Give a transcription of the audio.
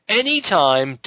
anytime